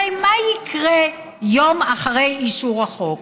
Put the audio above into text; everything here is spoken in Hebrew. הרי מה יקרה יום אחרי אישור החוק?